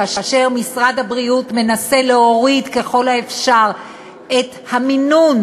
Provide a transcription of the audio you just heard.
כאשר משרד הבריאות מנסה להוריד ככל האפשר את המינון